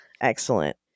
Excellent